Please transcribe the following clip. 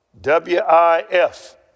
W-I-F